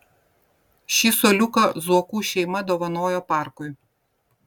ši suoliuką zuokų šeima dovanojo parkui